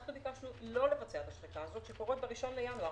אנחנו ביקשנו לא לבצע את השחיקה הזאת שקורית ב-1 בינואר,